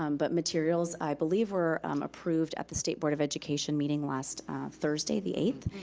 um but materials, i believe, were approved at the state board of education meeting last thursday, the eighth,